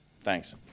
Thanks